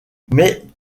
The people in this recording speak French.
mais